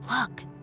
look